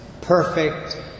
perfect